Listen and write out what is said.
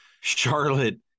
Charlotte